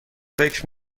فکر